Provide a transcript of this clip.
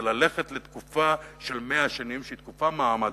זה ללכת לתקופה של 100 שנים שהיא תקופה מעמדית,